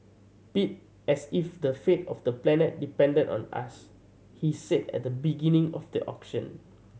bid as if the fate of the planet depended on us he said at the beginning of the auction